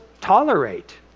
tolerate